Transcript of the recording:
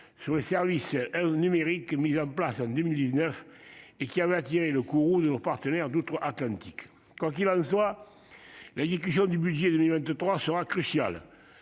sur les services numériques, mise en place en 2019, qui avait attiré le courroux de nos partenaires d'outre-Atlantique. Quoi qu'il en soit, l'exécution du budget 2023 sera cruciale.